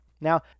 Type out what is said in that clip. Now